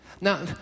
Now